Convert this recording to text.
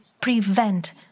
prevent